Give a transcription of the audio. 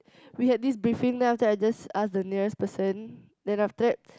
we had this briefing then after that I just ask the nearest person then after that